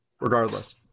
regardless